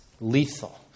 lethal